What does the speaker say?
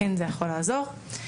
זה כן יכול לעזור.